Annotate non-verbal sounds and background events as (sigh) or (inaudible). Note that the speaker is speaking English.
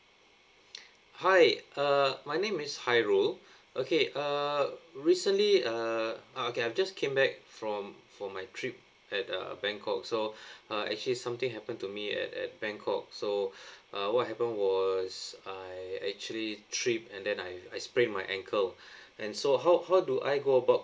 (noise) hi err my name is hairul okay err recently err uh okay I just came back from for my trip at uh bangkok so uh actually something happened to me at at bangkok so uh what happened was I actually tripped and then I I sprained my ankle and so how how do I go about